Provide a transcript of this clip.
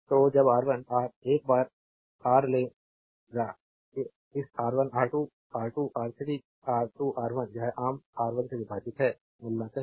तो जब R1 R एक बार रा ले रा इस R1 R2 R2 R3 R2 R1 यह आम R1 से विभाजित है मिलना चाहिए